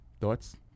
thoughts